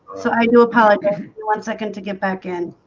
so i do apologize one second to get back in